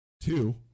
Two